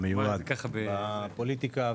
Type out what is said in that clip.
בפוליטיקה,